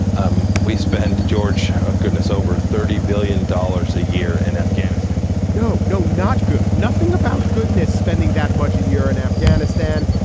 um we spend george ah goodness over thirty billion dollars a year in afghanistan and you know no no not good. nothing about goodness spending that much a year in afghanistan.